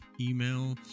email